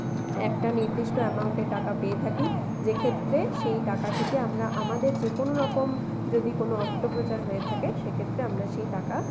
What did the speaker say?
একটা নির্দিষ্ট অ্যামাউন্টের টাকা পেয়ে থাকি যেক্ষেত্রে সেই টাকা থেকে আমরা আমাদের যেকোনওরকম যদি কোনও অস্ত্রোপচার হয়ে থাকে সেক্ষেত্রে আমরা সেই টাকা